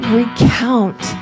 recount